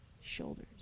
shoulders